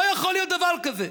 לא יכול להיות דבר כזה.